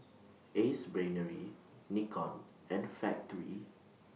Ace Brainery Nikon and Factorie